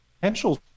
potential